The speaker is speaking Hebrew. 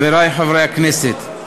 חברי חברי הכנסת,